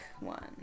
one